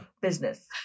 business